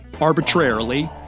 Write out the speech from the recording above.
arbitrarily